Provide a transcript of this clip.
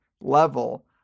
level